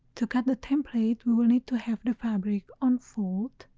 to cut the template we will need to have the fabric on fold.